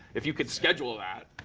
if you could schedule that,